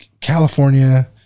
California